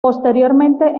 posteriormente